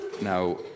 Now